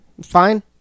fine